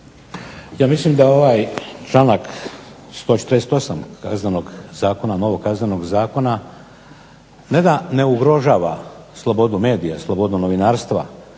Ja mislim da ovaj članak 148. Kaznenog zakona, novog, ne da ne ugrožava slobodu medija, slobodu novinarstva